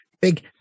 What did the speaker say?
big